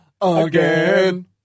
again